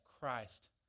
Christ